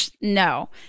No